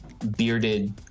Bearded